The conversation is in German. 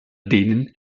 denen